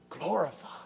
Glorify